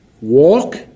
Walk